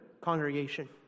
congregation